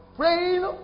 praying